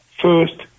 first